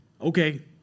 okay